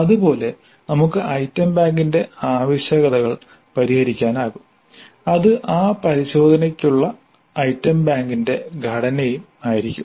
അതുപോലെ നമുക്ക് ഐറ്റം ബാങ്കിന്റെ ആവശ്യകതകൾ പരിഹരിക്കാനാകും അത് ആ പരിശോധനയ്ക്കുള്ള ഐറ്റം ബാങ്കിന്റെ ഘടനയും ആയിരിക്കും